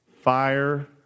fire